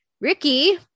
Ricky